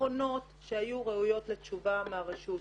נכונות שהיו ראויות לתשובה מהרשות.